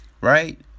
right